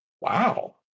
Wow